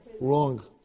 wrong